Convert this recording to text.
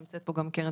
נמצאת פה גם קרן